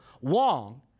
Wong